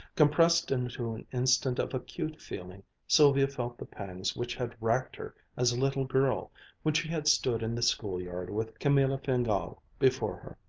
compressed into an instant of acute feeling sylvia felt the pangs which had racked her as a little girl when she had stood in the schoolyard with camilla fingal before her,